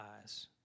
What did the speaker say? eyes